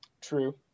True